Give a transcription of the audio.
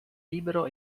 libero